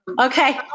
Okay